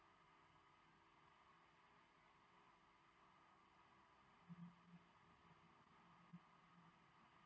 yeah